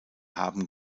haben